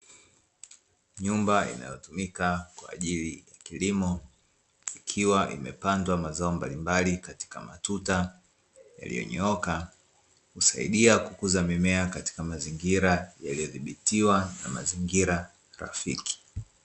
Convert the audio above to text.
Nyumba inayotumika kwa ajili ya kilimo ikiwa imepandwa mazao mbalimbali katika matuta yaliyonyooka, husaidia kukuza mimea katika mazingira yaliyodhibitiwa na mazingira rafiki.